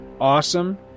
awesome